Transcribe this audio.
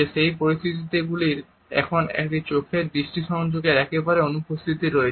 সেই পরিস্থিতিগুলির এখানে চোখের দৃষ্টি সংযোগের একেবারে অনুপস্থিতি রয়েছে